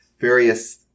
various